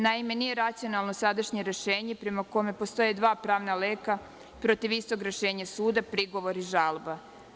Naime, nije racionalno sadašnje rešenje, prema kome postoje dva pravna leka protiv istog rešenja suda – prigovor i žalba.